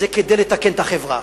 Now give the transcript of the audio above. זה כדי לתקן את החברה,